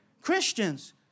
Christians